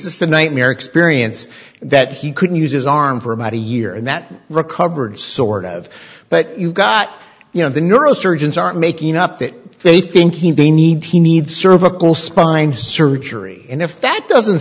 just a nightmare experience that he couldn't use his arm for about a year and that recovered sort of but you got you know the neurosurgeons aren't making up that they think he needs he needs cervical spine surgery and if that doesn't